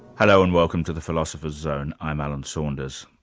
hello, and welcome to the philosopher's zone. i'm alan saunders.